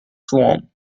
swarm